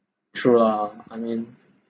true lah I mean